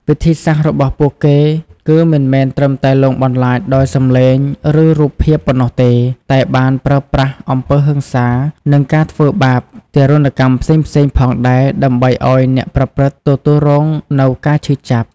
វិធីសាស្ត្ររបស់ពួកគេគឺមិនមែនត្រឹមតែលងបន្លាចដោយសំឡេង ឬរូបភាពប៉ុណ្ណោះទេ តែបានប្រើប្រាស់ អំពើហិង្សា និងការធ្វើបាប ទារុណកម្មផ្សេងៗផងដែរ ដើម្បីឲ្យអ្នកប្រព្រឹត្ត ទទួលរងនូវការឈឺចាប់។